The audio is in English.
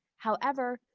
however,